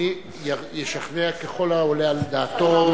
אדוני ישכנע ככל העולה על דעתו.